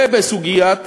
ובסוגיית